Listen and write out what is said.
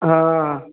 हाँ